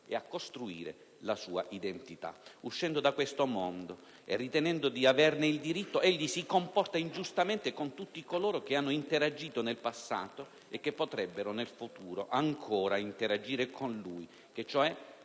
e costruire la sua identità. Uscendo da questo mondo e ritenendo di averne il diritto, egli si comporta ingiustamente con tutti coloro che hanno interagito nel passato e che potrebbero in futuro ancora interagire con lui, che cioè